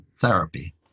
therapy